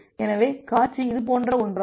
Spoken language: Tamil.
எனவே காட்சி இது போன்ற ஒன்றாகும்